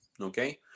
Okay